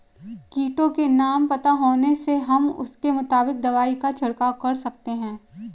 कीटों के नाम पता होने से हम उसके मुताबिक दवाई का छिड़काव कर सकते हैं